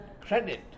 credit